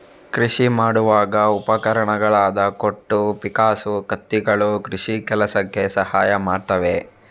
ಕೃಷಿ ಮಾಡುವಾಗ ಬಳಸುವ ಉಪಕರಣಗಳಾದ ಕೊಟ್ಟು, ಪಿಕ್ಕಾಸು, ಕತ್ತಿಗಳು ಕೃಷಿ ಕೆಲಸಕ್ಕೆ ಸಹಾಯ ಮಾಡ್ತವೆ